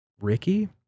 Ricky